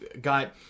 got